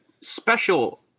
special